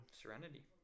Serenity